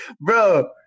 Bro